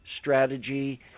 strategy